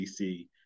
DC